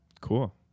Cool